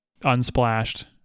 Unsplashed